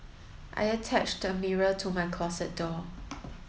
I attached a mirror to my closet door